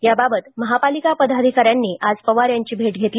याबाबत महापालिका पदाधिकाऱ्यांनी आज पवार यांची भेट घेतली